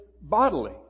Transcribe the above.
bodily